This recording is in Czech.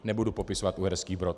Nebudu popisovat Uherský Brod.